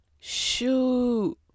shoot